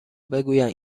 بگویند